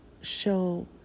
show